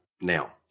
now